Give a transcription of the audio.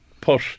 put